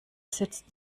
sitzt